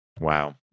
Wow